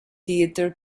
theater